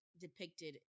depicted